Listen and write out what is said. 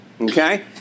okay